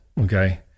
Okay